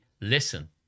Listen